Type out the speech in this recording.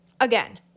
Again